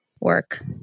Work